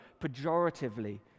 pejoratively